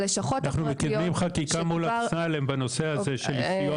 אנחנו מקדמים חקיקה מול אמסלם בנושא של סיוע